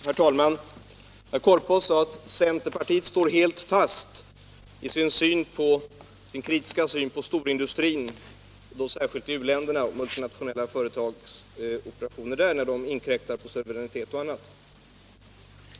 Herr talman! Herr Korpås sade att centerpartiet står helt fast i sin kritiska syn på storindustrin — särskilt de multinationella företagens operationer i u-länderna, där de inkräktar på suveränitet och annat.